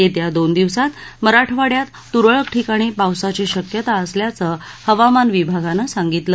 येत्या दोन दिवसात मराठवाङ्यात तुरळक ठिकाणी पावसाची शक्यता असल्याचं हवामान विभागानं सांगितलं